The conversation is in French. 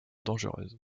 dangereuses